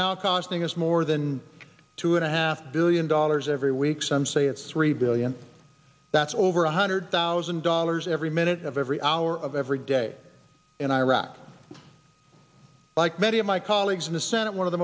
now costing us more than two and a half billion dollars every week some say it's three billion that's over one hundred thousand dollars every minute of every hour of every day in iraq like many of my colleagues in the senate one of the